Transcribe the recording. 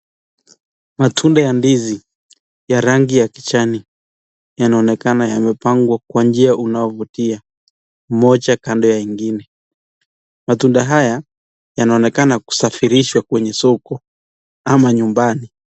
Matunda ya ndizi ya rangi ya kijani, yanaonekana yamepangwa kwa njia unaovutia, moja kando ya ingine. Matunda haya yanaonekana kusafirishwa kwenye soko ama nyumbani.